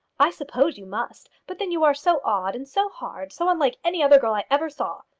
i suppose you must. but then you are so odd and so hard, so unlike any other girl i ever saw.